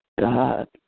God